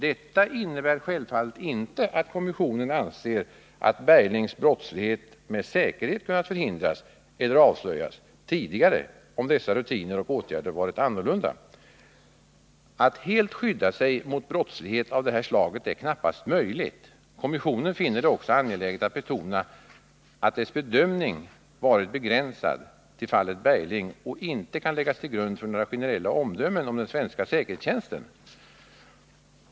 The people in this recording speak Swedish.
Detta innebär självfallet inte att kommissionen anser att Berglings brottslighet med säkerhet kunnat förhindras eller avslöjas tidigare om dessa rutiner och åtgärder varit annorlunda. Att helt skydda sig mot brottslighet av detta slag är knappast möjligt. Kommissionen finner det också angeläget att betona att dess bedömning varit begränsad till fallet Bergling och inte kan läggas till grund för några generella omdömen om den svenska säkerhetstjänsten.